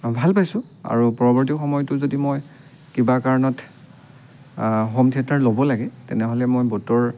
অঁ ভাল পাইছোঁ আৰু পৰৱৰ্তী সময়তো যদি মই কিবা কাৰণত হোম থিয়েটাৰ ল'ব লাগে তেনেহ'লে মই ব'টৰ